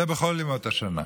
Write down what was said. זה, בכל ימות השנה.